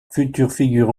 figure